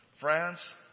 France